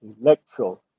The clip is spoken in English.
electro